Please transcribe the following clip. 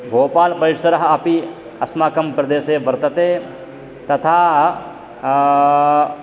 भोपाल्परिसरः अपि अस्माकं प्रदेशे वर्तते तथा